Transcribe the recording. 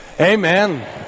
Amen